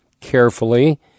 carefully